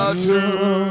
true